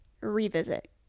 revisit